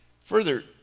Further